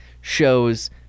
shows